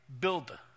builder